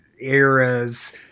eras